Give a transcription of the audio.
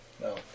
No